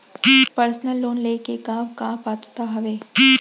Personal loan ले के का का पात्रता का हवय?